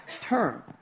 term